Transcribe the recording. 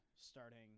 starting